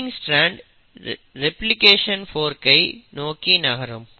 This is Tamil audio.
லீடிங் ஸ்ட்ரான்ட் ரெப்லிகேடின் போர்க்கை நோக்கி நகரும்